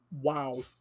Wow